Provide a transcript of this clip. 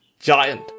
giant